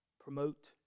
promote